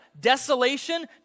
desolation